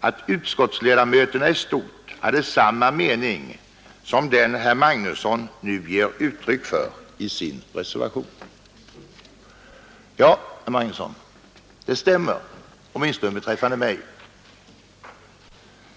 att utskottsledamöterna i stort hade samma mening som den han uttrycker i reservationen. Ja, herr Magnusson, det stämmer, åtminstone beträffande mig.